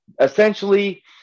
essentially